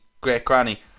great-granny